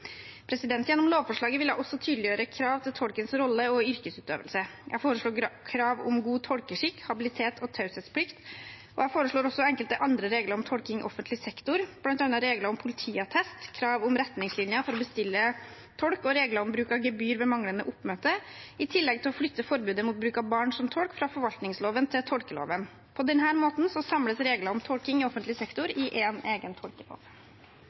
Gjennom lovforslaget vil jeg også tydeliggjøre krav til tolkens rolle og yrkesutøvelse. Jeg foreslår krav om god tolkeskikk, habilitet og taushetsplikt. Jeg foreslår også enkelte andre regler om tolking i offentlig sektor, bl.a. regler om politiattest, krav om retningslinjer for å bestille tolk og regler om bruk av gebyr ved manglende oppmøte, i tillegg til å flytte forbudet mot bruk av barn som tolk fra forvaltningsloven til tolkeloven. På denne måten samles regler om tolking i offentlig sektor i en egen